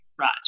right